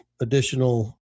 additional